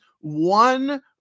one